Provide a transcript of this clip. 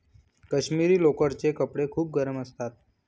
काश्मिरी लोकरचे कपडे खूप गरम असतात